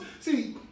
see